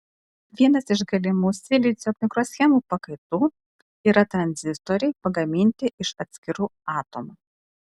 vienas iš galimų silicio mikroschemų pakaitų yra tranzistoriai pagaminti iš atskirų atomų